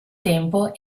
tempo